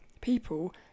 people